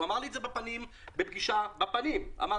הוא אמר לי את זה בפנים בפגישה בפנים אמר